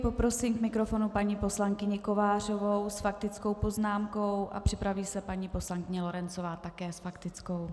Poprosím k mikrofonu paní poslankyni Kovářovou s faktickou poznámkou a připraví se paní poslankyně Lorencová také s faktickou.